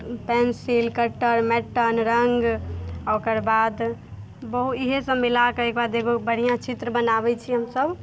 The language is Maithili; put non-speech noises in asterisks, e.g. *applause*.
पेन्सिल कटर मेटन रङ्ग आओर ओकरबाद बहु ईहे सब मिलाकऽ *unintelligible* बढ़िआँ चित्र बनाबै छी हमसब